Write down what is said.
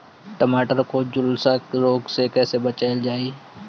टमाटर को जुलसा रोग से कैसे बचाइल जाइ?